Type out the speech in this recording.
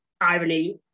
irony